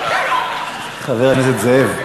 חבר הכנסת זאב,